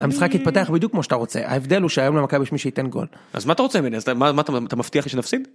המשחק התפתח בדיוק כמו שאתה רוצה ההבדל הוא שהיום למכבי יש מי שייתן גול. אז מה אתה רוצה ממני, מה אתה אתה מבטיח שנפסיד?